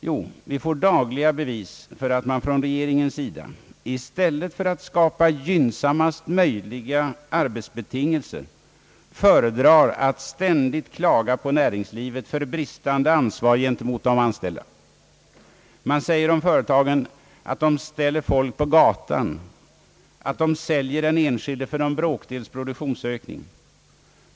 Jo, vi får dagliga bevis för att man från regeringens sida i stället för att skapa gynnsammaste möjliga arbetsbetingelser föredrar att ständigt klaga på näringslivet för bristande ansvar gentemot de anställda. Man säger om företagen att de ställer folk på gatan, att de säljer den enskilde för en bråkdels produktionsökning.